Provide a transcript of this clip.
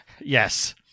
Yes